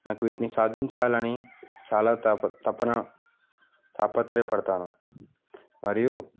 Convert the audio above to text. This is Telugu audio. నాకు వీటిని సాధించాలని చాలా తపన తాపత్రయపడతాను మరియు